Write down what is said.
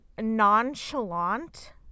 nonchalant